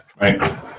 Right